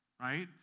right